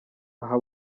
aha